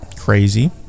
crazy